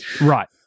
Right